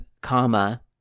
comma